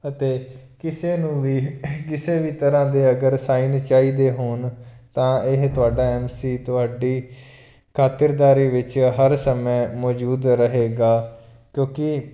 ਅਤੇ ਕਿਸੇ ਨੂੰ ਵੀ ਕਿਸੇ ਵੀ ਤਰ੍ਹਾਂ ਦੇ ਅਗਰ ਸਾਈਨ ਚਾਹੀਦੇ ਹੋਣ ਤਾਂ ਇਹ ਤੁਹਾਡਾ ਐਮ ਸੀ ਤੁਹਾਡੀ ਖਾਤਿਰਦਾਰੀ ਵਿੱਚ ਹਰ ਸਮੇਂ ਮੌਜੂਦ ਰਹੇਗਾ ਕਿਉਂਕਿ